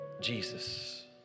Jesus